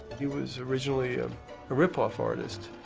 he was originally a rip-off artist